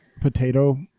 potato